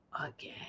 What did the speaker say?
again